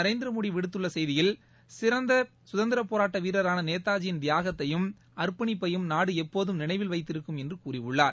நரேந்திரமோடி விடுத்துள்ள செய்தியில் சிறந்த சுதந்திர போராட்ட வீரரான நேதாஜியின் தியாகத்தையும் அர்ப்பணிப்பையும் நாடு எப்போதும் நினைவில் வைத்திருக்கும் என்று கூறியுள்ளார்